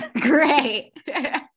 Great